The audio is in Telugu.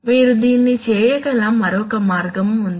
మీరు దీన్ని చేయగల మరొక మార్గం ఉంది